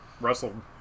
wrestled